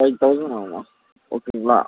five thousand ஆகும்மா ஓகேங்களா